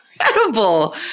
incredible